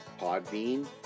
Podbean